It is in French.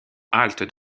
halte